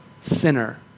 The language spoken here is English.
sinner